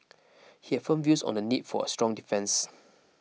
he had firm views on the need for a strong defence